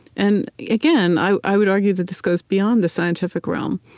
and again, i i would argue that this goes beyond the scientific realm.